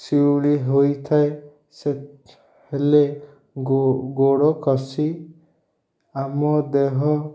ଶିଉଳି ହୋଇଥାଏ ସେ ହେଲେ ଗୋଡ଼ ଖସି ଆମ ଦେହ